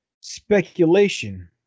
speculation